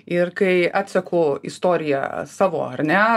ir kai atseku istoriją savo ar ne